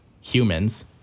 humans